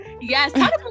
Yes